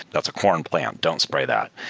that's a corn plant. don't spray that.